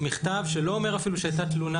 מכתב שלא אומר אפילו שהייתה תלונה,